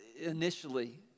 initially